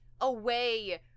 away